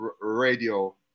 radio